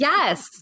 Yes